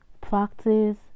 practice